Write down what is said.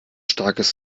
starkes